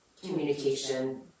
communication